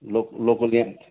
लो लोकलै हो